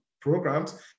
programs